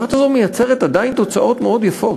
המערכת הזאת עדיין מייצרת תוצאות מאוד יפות: